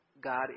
God